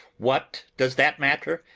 what does that matter?